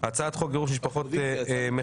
3. הצעת חוק גירוש משפחות מחבלים,